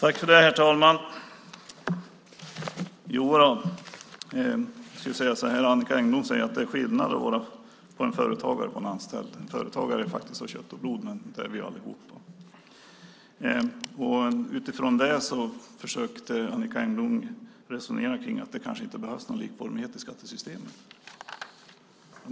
Herr talman! Annicka Engblom säger att det är skillnad på en företagare och en anställd. En företagare är faktiskt av kött och blod - men det är vi ju allihop. Utifrån det försökte Annicka Engblom resonera kring att det kanske inte behövs någon likformighet i skattesystemet.